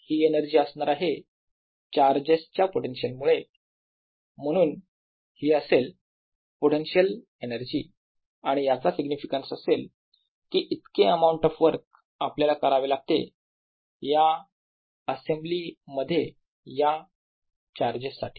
ही energy असणार आहे charges च्या पोझिशन मुळे म्हणून ही असेल पोटेन्शिअल एनर्जी आणि याचा सिग्निफिकँस असेल की इतके अमाऊंट ऑफ वर्क आपल्याला करावे लागेल या असेंब्लीमध्ये या चार्जेस साठी